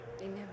Amen